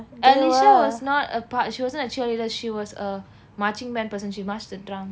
alisha was not a part she wasn't a cheerleader she was a marching man person she marched and drum